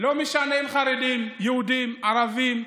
לא משנה אם חרדים, יהודים, ערבים,